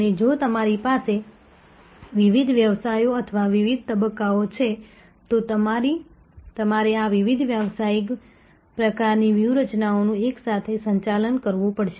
અને જો તમારી પાસે વિવિધ વ્યવસાયો અથવા વિવિધ તબક્કાઓ છે તો તમારે આ વિવિધ વ્યવસાયિક પ્રકારની વ્યૂહરચનાઓનું એકસાથે સંચાલન કરવું પડશે